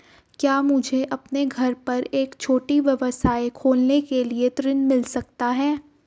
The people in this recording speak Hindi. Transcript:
क्या मुझे अपने घर पर एक छोटा व्यवसाय खोलने के लिए ऋण मिल सकता है?